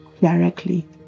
directly